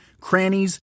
crannies